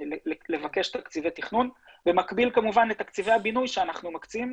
לבקש תקציבי תכנון במקביל כמובן לתקציבי הבינוי שאנחנו מקצים,